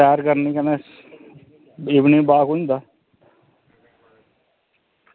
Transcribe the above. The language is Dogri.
सैर करनी कन्नै इवनिंग वॉक होंदा